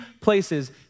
places